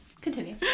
Continue